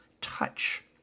touch